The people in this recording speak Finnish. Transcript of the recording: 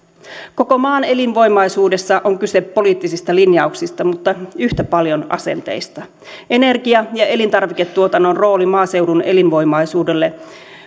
koko maan elinvoimaisuudessa on kyse poliittisista linjauksista mutta yhtä paljon asenteista energia ja elintarviketuotannon rooli maaseudun elinvoimaisuudelle